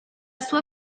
sua